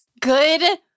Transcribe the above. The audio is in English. Good